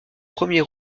premier